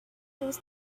was